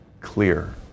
clear